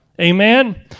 Amen